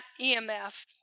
EMF